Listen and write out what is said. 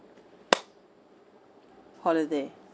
holiday